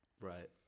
Right